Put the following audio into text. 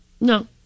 No